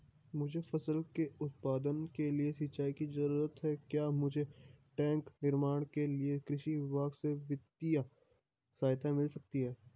मुझे फसल के उत्पादन के लिए सिंचाई की जरूरत है क्या मुझे टैंक निर्माण के लिए कृषि विभाग से वित्तीय सहायता मिल सकती है?